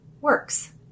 works